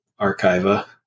archiva